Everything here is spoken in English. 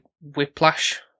whiplash